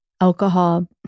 alcohol